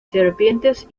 serpientes